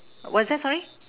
what's that sorry